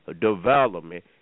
development